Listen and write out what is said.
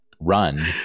run